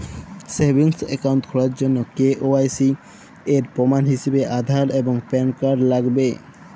savings account খোলার জন্য KYC এর প্রমাণ হিসেবে আধার এবং প্যান কার্ড লাগবে